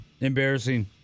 Embarrassing